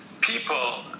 People